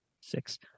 Six